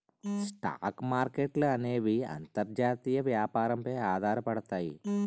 stock మార్కెట్ల అనేవి అంతర్జాతీయ వ్యాపారం పై ఆధారపడతాయి